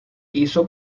hizo